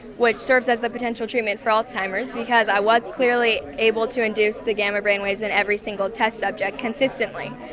which serves as the potential treatment for alzheimer's because i was clearly able to induce the gamma brainwaves in every single test subject consistently,